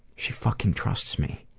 she fucking trusts me.